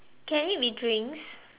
can it be drinks